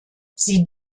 sie